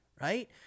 right